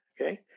okay